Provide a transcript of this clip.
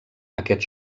aquests